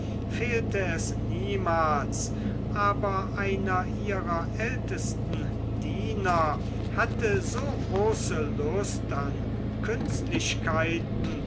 fehlte es niemals aber einer ihrer ältesten diener hatte so große lust an